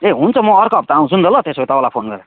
ए हुन्छ म अर्को हप्ता आउँछु नि त ल त्यसो भए तपाईँलाई फोन गरेर